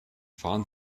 fahren